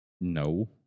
No